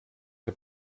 der